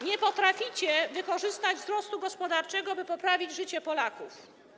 Nie potraficie wykorzystać wzrostu gospodarczego, by poprawić życie Polaków.